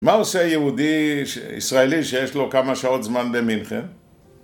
מה עושה יהודי ישראלי שיש לו כמה שעות זמן במינכן?